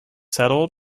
settled